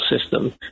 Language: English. system